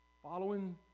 Following